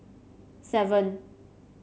seven